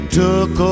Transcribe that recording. took